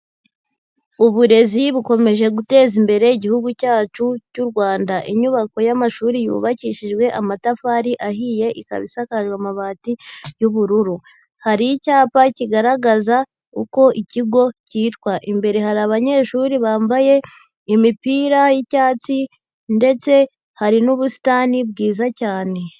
Uburezi bukomeje guteza imbere igihugu cyacu cy'u Rwanda. Inyubako y'amashuri yubakishijwe amatafari ahiye, ikaba isakajwe amabati y'ubururu. Hari icyapa kigaragaza uko ikigo cyitwa. Imbere hari abanyeshuri bambaye imipira y'icyatsi, ndetse hari n'ubusitani bwiza cyane.